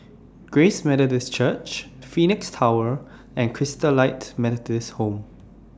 Grace Methodist Church Phoenix Tower and Christalite Methodist Home